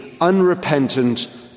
unrepentant